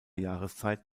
jahreszeit